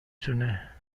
تونه